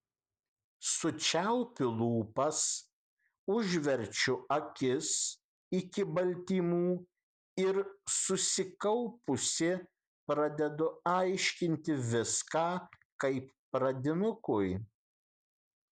sučiaupiu lūpas užverčiu akis iki baltymų ir susikaupusi pradedu aiškinti viską kaip pradinukui